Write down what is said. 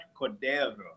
Cordero